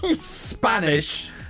Spanish